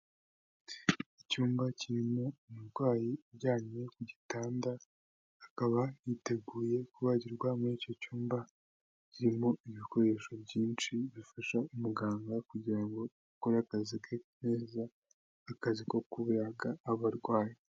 Icyumba kirimo umurwayi uryamye ku gitanda, akaba yiteguye kubagirwa muri icyo cyumba, kirimo ibikoresho byinshi bifasha umuganga kugirango ngo akore akazi ke neza, akazi ko kubaga abarwayi.